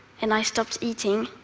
and i stopped eating.